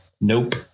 Nope